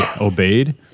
obeyed